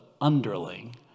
underling